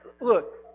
look